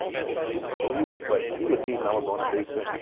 oh shoot. so, he leaves, but he would leave and i would go in the basement.